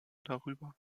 darüber